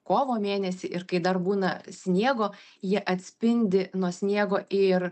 kovo mėnesį ir kai dar būna sniego jie atspindi nuo sniego ir